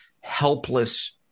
helpless